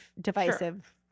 divisive